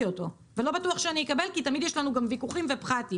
אותו ולא בטוח שאני אקבל כי תמיד יש לנו גם ויכוחים ופחתים.